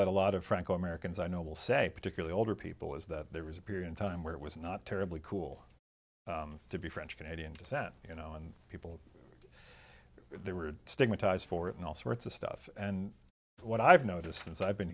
that a lot of franco americans i know will say particularly older people is that there was a period in time where it was not terribly cool to be french canadian descent you know and people there were stigmatized for it and all sorts of stuff and what i've noticed since i've been